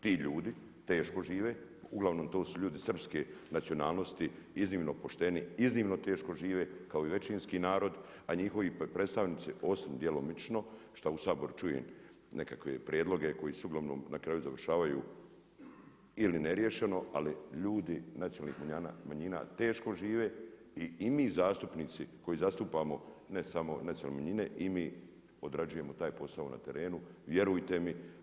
Ti ljudi teško žive, uglavnom to su ljudi srpske nacionalnosti, iznimno pošteni, iznimno teško žive kao i većinski narod, a njihovi predstavnici osim djelomično što u Saboru čujem nekakve prijedloge koji s uglavnom na kraju završavaju ili neriješeno, ali ljudi nacionalnih manjina teško žive i mi zastupnici koji zastupamo ne samo nacionalne manjine i mi odrađujemo taj posao na terenu, vjerujte mi.